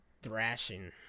thrashing